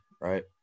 right